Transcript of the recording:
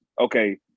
okay